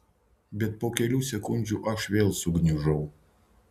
bet po kelių sekundžių aš vėl sugniužau